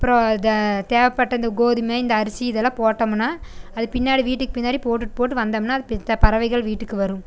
அப்புறம் த தேவைப்பட்டால் இந்த கோதுமை இந்த அரிசி இதெல்லாம் போட்டோமுனால் அது பின்னாடி வீட்டுக்கு பின்னாடி போட்டு விட்டுப்போட்டு வந்தோம்னால் அது இப் பறவைகள் வீட்டுக்கு வரும்